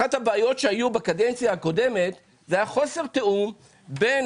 אחת הבעיות שהיו בקדנציה הקודמת זה חוסר תיאום בין